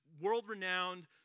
world-renowned